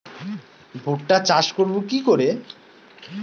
ভুট্টা চাষ করব কি করে?